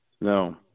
No